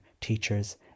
teachers